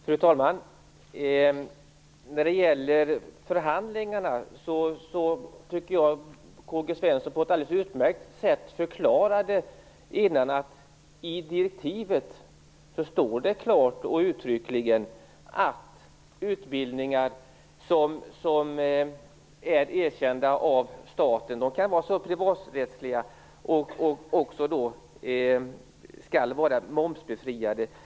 Fru talman! När det gäller förhandlingarna tycker jag att K G Svenson tidigare på ett alldeles utmärkt sätt förklarade att det i direktivet klart och uttryckligt står att utbildningar som är erkända av staten och som också kan vara privaträttsliga skall vara momsbefriade.